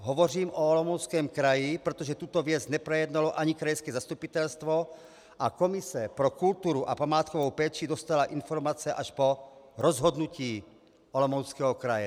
Hovořím o Olomouckém kraji, protože tuto věc neprojednalo ani krajské zastupitelstvo a komise pro kulturu a památkovou péči dostala informace až po rozhodnutí Olomouckého kraje.